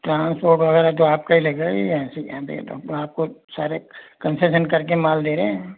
transport वगैरह तो आपका ही लगेगा अभी तो आपको सारा कन्सेशन करके माल दे रहे हैं